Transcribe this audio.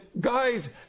guys